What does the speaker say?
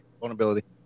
Vulnerability